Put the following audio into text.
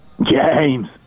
James